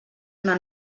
una